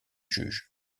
juge